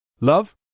Love